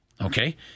okay